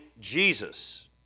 Jesus